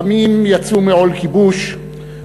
עמים יצאו מעול כיבוש,